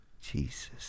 Jesus